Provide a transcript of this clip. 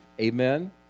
Amen